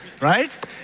right